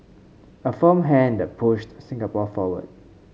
a firm hand that pushed Singapore forward